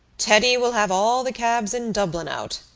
teddy will have all the cabs in dublin out,